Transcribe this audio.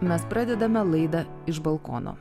mes pradedame laidą iš balkono